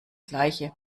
gleiche